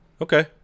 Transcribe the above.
Okay